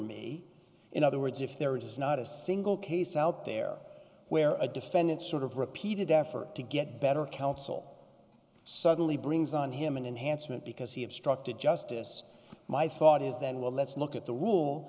me in other words if there is not a single case out there where a defendant sort of repeated effort to get better counsel suddenly brings on him an enhancement because he obstructed justice my thought is then well let's look at the rule